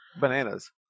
bananas